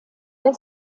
der